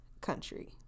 country